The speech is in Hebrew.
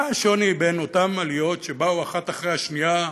מה השוני בין אותן עליות שבאו אחת אחרי השנייה,